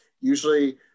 Usually